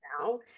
now